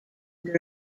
under